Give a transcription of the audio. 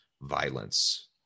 violence